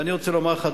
ואני רוצה לומר לך,